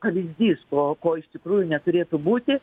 pavyzdys ko ko iš tikrųjų neturėtų būti